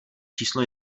číslo